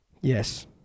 Yes